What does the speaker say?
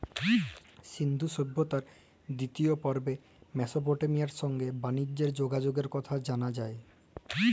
সিল্ধু সভ্যতার দিতিয় পর্বে মেসপটেমিয়ার সংগে বালিজ্যের যগাযগের কথা জালা যায়